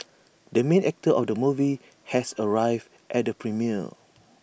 the main actor of the movie has arrived at the premiere